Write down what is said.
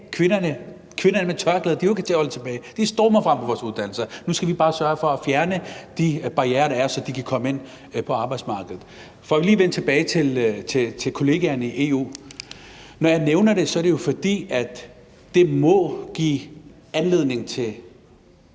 Kvinderne med tørklæde er jo ikke til at holde tilbage. De stormer frem på vores uddannelser. Nu skal vi bare sørge for at fjerne de barrierer, der er, så de kan komme ind på arbejdsmarkedet. For lige at vende tilbage til kollegaerne i EU: Når jeg nævner det, er det jo, fordi det må give anledning til